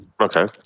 Okay